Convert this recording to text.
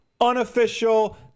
unofficial